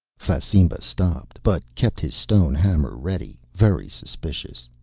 fasimba stopped, but kept his stone hammer ready, very suspicious.